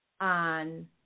on